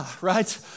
right